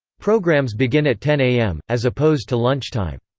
programmes begin at ten am, as opposed to lunchtime.